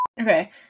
Okay